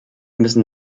müssen